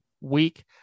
week